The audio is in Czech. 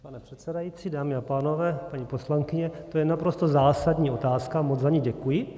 Pane předsedající, dámy a pánové, paní poslankyně, to je naprosto zásadní otázka a moc za ni děkuji.